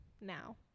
now